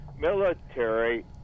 military